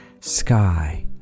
Sky